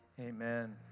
Amen